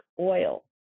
oil